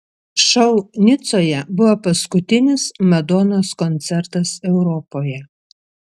šou nicoje buvo paskutinis madonos koncertas europoje